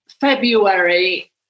February